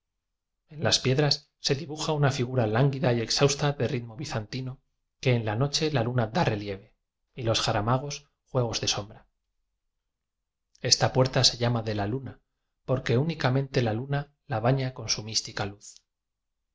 en las piedras se dibuja una figura lán guida y exhausta de ritmo bizantino que en la noche la luna dá relieve y los jaramagos juegos de sombra esta puerta se llama de la luna porque únicamente la luna la baña con su mística luz